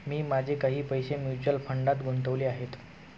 मी माझे काही पैसे म्युच्युअल फंडात गुंतवले आहेत